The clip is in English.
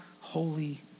holy